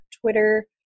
Twitter